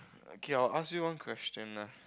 okay I'll ask you one question lah